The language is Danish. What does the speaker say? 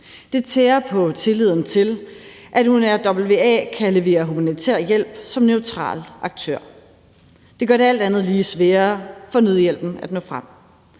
Det tærer på tilliden til, at UNRWA kan levere humanitær hjælp som en neutral aktør. Det gør det alt andet lige sværere for nødhjælpen at nå frem.